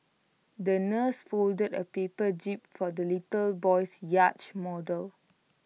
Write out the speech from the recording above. the nurse folded A paper jib for the little boy's yacht model